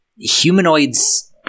Humanoids